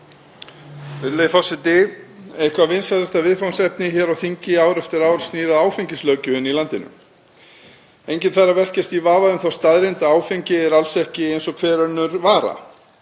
Virðulegi forseti. Eitthvert vinsælasta viðfangsefni hér á þingi ár eftir ár snýr að áfengislöggjöfinni í landinu. Enginn þarf að velkjast í vafa um þá staðreynd að áfengi er alls ekki eins og hver önnur vara.